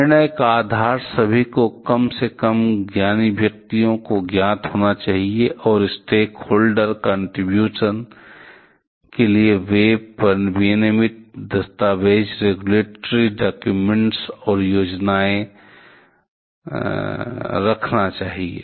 निर्णय का आधार सभी को कम से कम ज्ञानी व्यक्तियों को ज्ञात होना चाहिए और स्टेकहोल्डर कॉन्ट्रिब्यूशन के लिए वेब पर विनियामक दस्तावेज रेगुलेटरी डाक्यूमेंट्स और योजनाएं रखना चाहिए